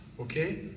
okay